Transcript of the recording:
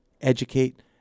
educate